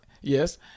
Yes